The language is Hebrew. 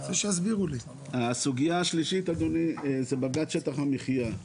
הסוגייה השלישית זה שטח המחיה.